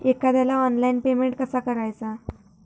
एखाद्याला online payment कसा करायचा?